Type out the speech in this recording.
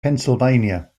pennsylvania